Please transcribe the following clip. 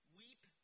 weep